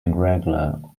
irregular